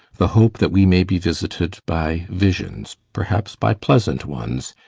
the hope that we may be visited by visions, perhaps by pleasant ones,